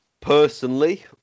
Personally